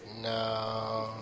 No